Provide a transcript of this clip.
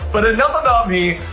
but enough about me,